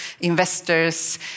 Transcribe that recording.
investors